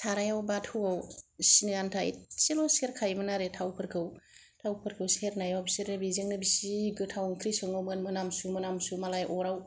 साराइआव बा थौआव सिनो आन्था एसेल' सेरखायोमोन आरो थावफोरखौ थावफोरखौ सेरनायाव बिसोरो बेजोंनो बिसि गोथाव ओंख्रि सङो मोन मोनामसु मोनामसु मालाय अराव